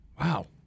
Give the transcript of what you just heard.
wow